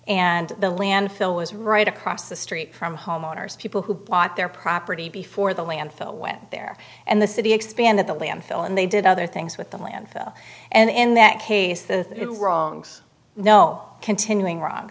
and the landfill was right across the street from homeowners people who bought their property before the landfill went there and the city expanded the landfill and they did other things the land fell and in that case the wrongs no continuing ro